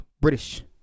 British